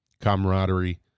camaraderie